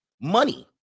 Money